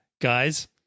guys